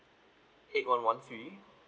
eight one one three